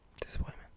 Disappointment